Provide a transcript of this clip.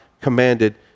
commanded